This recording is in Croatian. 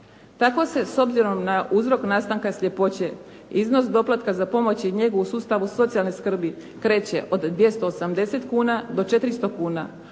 Tako se s obzirom na uzrok nastanka sljepoće, iznos doplatka za pomoć i njegu u sustavu socijalne skrbi kreće od 280 kuna do 400 kuna,